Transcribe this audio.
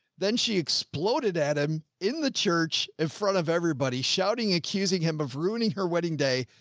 then she exploded at him in the church in front of everybody shouting, accusing him of ruining her wedding day,